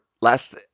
last